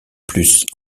plus